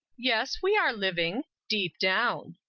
yes, we are living. deep down.